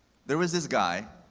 there was this guy